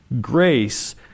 grace